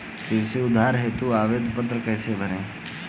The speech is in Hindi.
कृषि उधार हेतु आवेदन पत्र कैसे भरें?